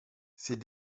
ces